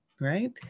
right